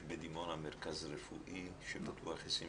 יש בדימונה מרכז רפואי שפתוח 24/7,